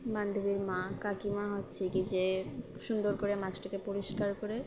বান্ধবীর মা কাকিমা হচ্ছে কি যে সুন্দর করে মাছটাকে পরিষ্কার করে